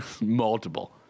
Multiple